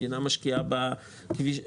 בכבישים,